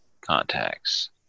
Contacts